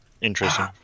interesting